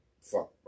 fuck